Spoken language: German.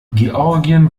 georgien